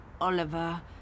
Oliver